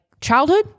childhood